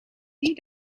die